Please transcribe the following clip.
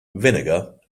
vinegar